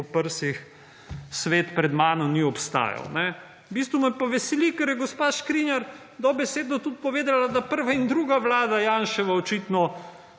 po prsih svet pred menoj ni obstajal. V bistvu me pa veseli, ker je gospa Škrinjar dobesedno povedala, da prva in druga vlada Janševa očitno